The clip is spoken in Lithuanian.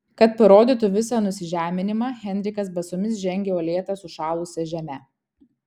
kad parodytų visą nusižeminimą henrikas basomis žengė uolėta sušalusia žeme